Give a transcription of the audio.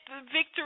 victory